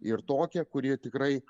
ir tokią kur jie tikrai